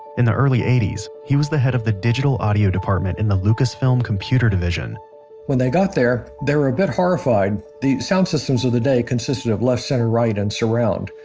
in the early eighty s he was the head of the digital audio department in the lucasfilm computer division when they got there, they were a bit horrified. the sound systems of the day consisted of left, center, right and surround.